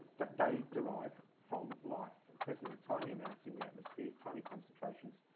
that they derive from life present in tiny amounts in the atmosphere, tiny concentrations,